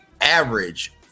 average